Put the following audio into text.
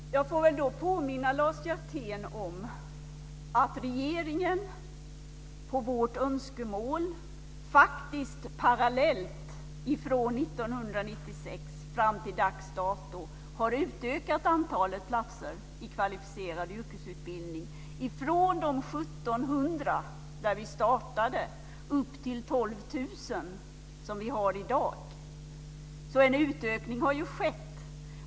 Herr talman! Jag får väl då påminna Lars Hjertén om att regeringen på vårt önskemål faktiskt parallellt från 1996 fram till dags dato har utökat antalet platser i kvalificerad yrkesutbildning från de 1 700 när vi startade upp till 12 000 som vi har i dag, så en utökning har ju skett.